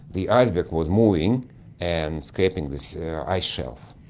the iceberg was moving and scraping this ice shelf.